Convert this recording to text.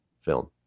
film